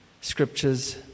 scriptures